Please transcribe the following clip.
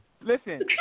Listen